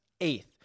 Eighth